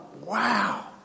wow